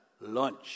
Lunch